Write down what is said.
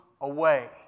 away